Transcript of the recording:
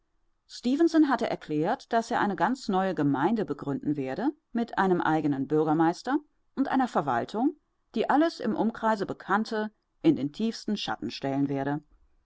hatte erklärt daß er eine ganz neue gemeinde begründen werde mit einem eigenen bürgermeister und einer verwaltung die alles im umkreise bekannte in den tiefsten schatten stellen werde